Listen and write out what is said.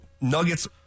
Nuggets